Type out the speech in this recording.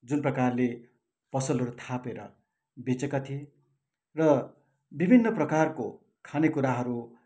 जुन प्रकारले पसलहरू थापेर बेचेका थिए र विभिन्न प्रकारको खानेकुराहरू